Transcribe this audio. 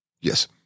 Yes